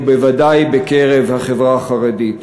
ובוודאי בקרב החברה החרדית.